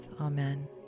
Amen